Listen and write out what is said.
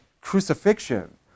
crucifixion